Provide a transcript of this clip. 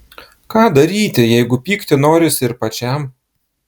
ką daryti jeigu pykti norisi ir pačiam